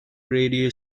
radio